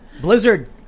Blizzard